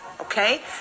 Okay